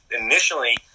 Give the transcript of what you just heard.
initially